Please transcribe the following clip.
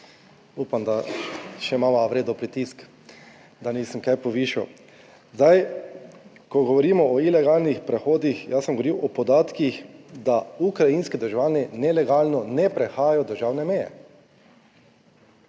upam, da še imava v redu pritisk, da nisem kaj povišal. Zdaj, ko govorimo o ilegalnih prehodih, jaz sem govoril o podatkih, da ukrajinski državljani nelegalno ne prehajajo državne meje.